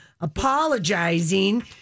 apologizing